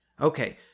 Okay